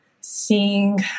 seeing